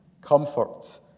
comfort